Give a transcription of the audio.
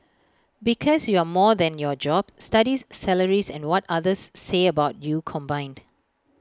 because you're more than your job studies salary and what others say about you combined